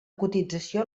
cotització